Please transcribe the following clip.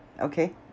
okay